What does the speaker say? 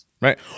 Right